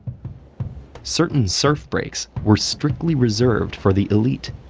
certain surf breaks were strickly reserved for the elite.